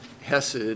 Hesed